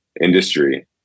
industry